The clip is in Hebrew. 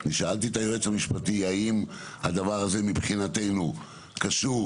אני שאלתי את היועץ המשפטי האם הדבר הזה מבחינתנו קשור